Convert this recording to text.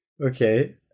okay